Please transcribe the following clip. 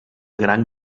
gran